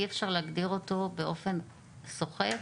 אי אפשר להגדיר אותו באופן סוחף